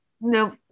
No